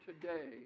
today